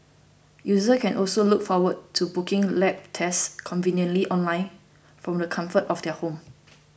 users can also look forward to booking lab tests conveniently online from the comfort of their home